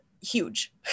huge